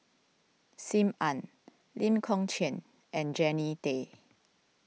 Sim Ann Lee Kong Chian and Jannie Tay